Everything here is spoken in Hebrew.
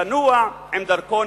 לנוע עם דרכון,